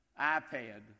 iPad